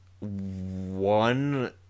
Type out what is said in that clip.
one